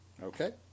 Okay